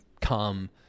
come